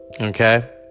Okay